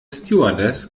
stewardess